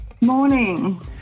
Morning